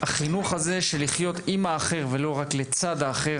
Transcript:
החינוך הזה של לחיות עם האחר ולא רק לצד האחר,